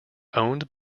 owned